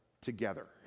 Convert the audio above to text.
together